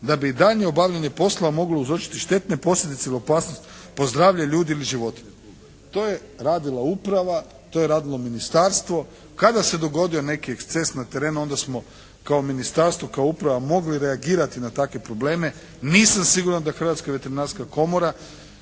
da bi daljnje obavljanje posla moglo prouzročiti štetne posljedice ili opasnost po zdravlje ljudi ili životinja. To je radila uprava, to je radilo ministarstvo. Kada se dogodio neki eksces na terenu, onda smo kao ministarstvo, kao uprava mogli reagirati na takve probleme. Nisam siguran da Hrvatska veterinarska komora